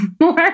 more